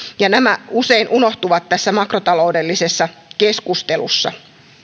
ja usein nämä unohtuvat tässä makrotaloudellisessa keskustelussa